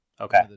Okay